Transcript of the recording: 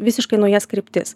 visiškai naujas kryptis